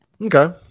Okay